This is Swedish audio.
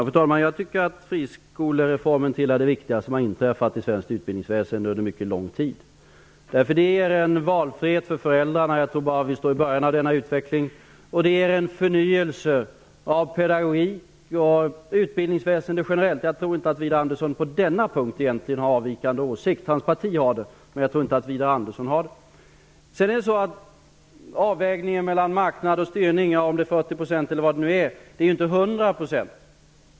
Fru talman! Jag tycker att friskolereformen tillhör det viktigaste som har inträffat i svenskt utbildningsväsende under mycket lång tid. Den ger en valfrihet för föräldrarna. Jag tror att vi bara står i början av denna utveckling. Det ger en förnyelse av pedagogik och utbildningsväsende generellt. Jag tror inte att Widar Andersson har någon avvikande åsikt på denna punkt. Hans parti har det, men jag tror inte att Widar Andersson har det. Jag vet inte om avvägningen mellan marknad och styrningen är 40 % eller något annat. Den är i alla fall inte 100 %.